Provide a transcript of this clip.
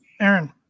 Aaron